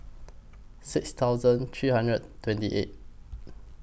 six thousand three hundred and twenty eight